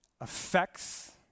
affects